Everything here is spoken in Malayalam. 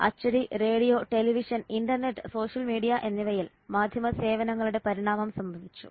അച്ചടി radio television internet social media എന്നിവയിൽ മാധ്യമ സേവനങ്ങളുടെ പരിണാമം സംഭവിച്ചു